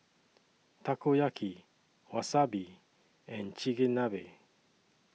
Takoyaki Wasabi and Chigenabe